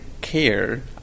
care